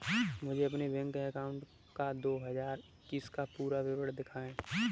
मुझे अपने bank account का दो हज़ार इक्कीस का पूरा विवरण दिखाएँ?